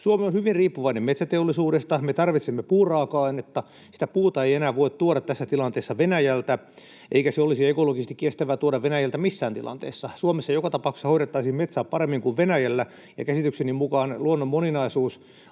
Suomi on hyvin riippuvainen metsäteollisuudesta. Me tarvitsemme puuraaka-ainetta. Sitä puuta ei enää voi tuoda tässä tilanteessa Venäjältä, eikä olisi ekologisesti kestävää tuoda Venäjältä missään tilanteessa. Suomessa joka tapauksessa hoidettaisiin metsää paremmin kuin Venäjällä. Käsitykseni mukaan, jos olisimme